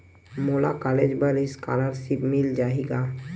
मोला कॉलेज बर स्कालर्शिप मिल जाही का?